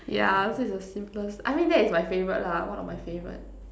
yeah so it's the simplest I mean that is my favorite lah one of my favorite